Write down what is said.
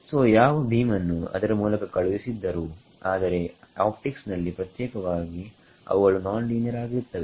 so ಯಾವ beam ಅನ್ನು ಅದರ ಮೂಲಕ ಕಳುಹಿಸಿದ್ದರೂಆದರೆ ಆಪ್ಟಿಕ್ಸ್ ನಲ್ಲಿ ಪ್ರತ್ಯೇಕವಾಗಿ ಅವುಗಳು ನಾನ್ ಲೀನಿಯರ್ ಆಗಿರುತ್ತವೆ